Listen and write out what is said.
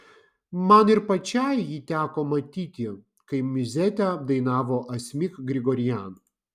man ir pačiai jį teko matyti kai miuzetę dainavo asmik grigorian